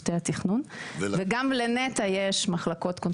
והם מנהלים את צוותי התכנון.